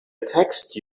text